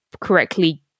correctly